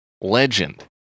Legend